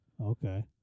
Okay